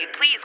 Please